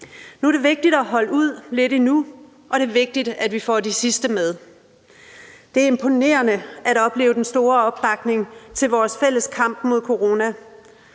Nu er det vigtigt at holde ud lidt endnu, og det er vigtigt, at vi får de sidste med. Det er imponerende at opleve den store opbakning til vores fælles kamp mod corona.